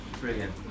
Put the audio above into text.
brilliant